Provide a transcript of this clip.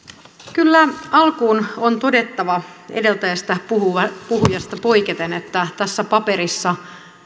kyllä alkuun on todettava edeltävästä puhujasta poiketen että tässä paperissa